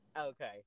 Okay